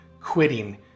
quitting